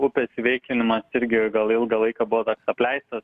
upės įveiklinimas irgi gal ilgą laiką buvo toks apleistas